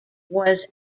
was